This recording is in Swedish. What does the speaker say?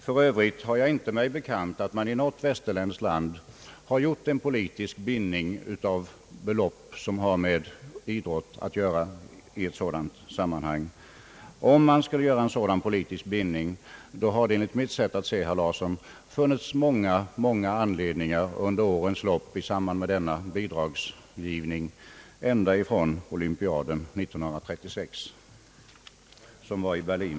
För övrigt har jag inte mig bekant att man i något västerländskt land har gjort någon politisk bindning av anslag som har med idrott att göra i ett sådant sammanhang. Om man skulle göra en sådan politisk bindning, då hade det enligt mitt sätt att se, herr Larsson, funnits många, många anledningar under årens lopp i samband med denna bidragsgivning, ända från olympiaden 1936, som hölls i Berlin.